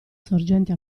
sorgente